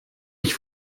ich